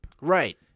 Right